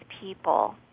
people